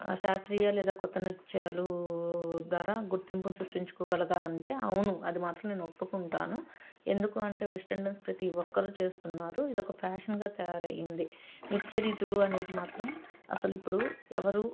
శాస్త్రీయ లేదా కొత్త నృత్యాలు ద్వారా గుర్తింపును సృష్టించుకోగలదా అంటే అవును అది మాత్రం నేను ఒప్పుకుంటాను ఎందుకు అంటే వెస్టర్న్ డ్యాన్స్ ప్రతి ఒక్కరూ చేస్తున్నారు ఇదోక ఫ్యాషన్గా తయారయంది నృత్య రీతులు అనేది మాత్రం అసలు ఇప్పుడు ఎవరు